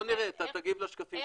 לא, בוא נראה, תגיב לשקפים שלה.